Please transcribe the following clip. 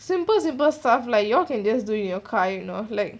simple simple stuff like you all can just do in your car you know like